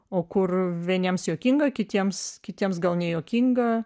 o kur vieniems juokinga kitiems kitiems gal nejuokinga